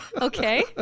Okay